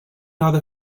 other